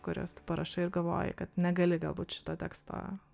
kuriuos tu parašai ir galvoji kad negali galbūt šito teksto